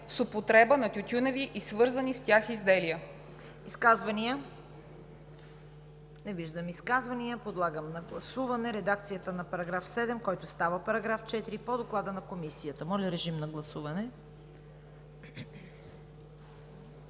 с „употреба на тютюневи и свързани с тях изделия“.“